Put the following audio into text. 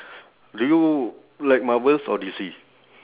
do you like marvels or D_C